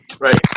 Right